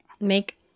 Make